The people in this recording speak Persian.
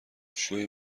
شوی